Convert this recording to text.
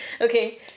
Okay